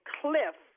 cliff